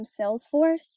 Salesforce